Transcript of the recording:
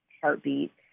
Heartbeat